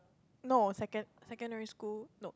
no second secondary school no